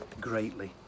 greatly